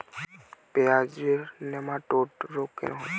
পেঁয়াজের নেমাটোড রোগ কেন হয়?